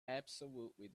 absolutely